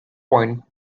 point